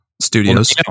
studios